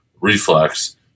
reflex